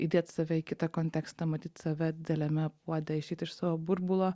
įdėt save į kitą kontekstą matyt save dideliame puode išeit iš savo burbulo